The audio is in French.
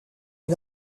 est